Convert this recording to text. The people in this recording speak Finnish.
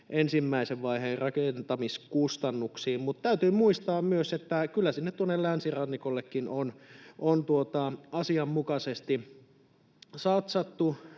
ensimmäisen vaiheen rakentamiskustannuksiin. Mutta täytyy muistaa myös, että kyllä sinne länsirannikollekin on asianmukaisesti satsattu.